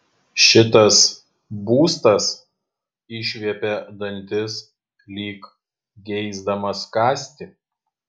šitas būstas išviepia dantis lyg geisdamas kąsti